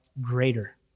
greater